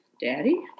Daddy